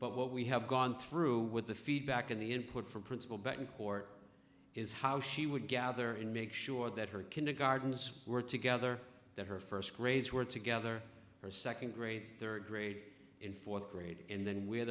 but what we have gone through with the feedback and the input from principal betancourt is how she would gather in make sure that her kindergartens were together that her first grades were together her second grade third grade in fourth grade and then we